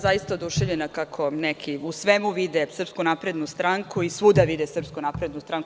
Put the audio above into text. Zaista sam oduševljena kako neki u svemu vide Srpsku naprednu stranku i svuda vide Srpsku naprednu stranku.